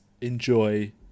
enjoy